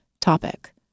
topic